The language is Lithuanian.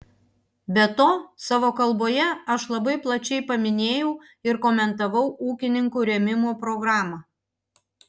be to savo kalboje aš labai plačiai paminėjau ir komentavau ūkininkų rėmimo programą